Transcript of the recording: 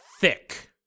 thick